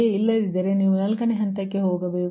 ಇಲ್ಲದಿದ್ದರೆ ನೀವು ನಾಲ್ಕನೇ ಹಂತಕ್ಕೆ ಹೋಗಬೇಕು